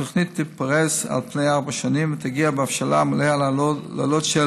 התוכנית תתפרס על פני ארבע שנים ותגיע בהבשלה מלאה לעלות של